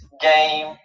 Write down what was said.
game